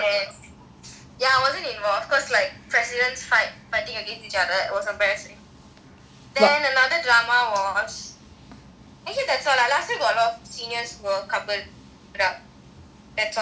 ya I wasn't involved because like president's fight fighting against each other was like embarrassing then another drama was actually that's all lah last year got a lot of seniors were coupled up that is all but then they never join this year